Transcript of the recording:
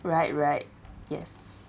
right right yes